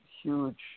huge